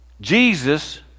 Jesus